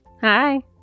Hi